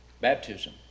baptism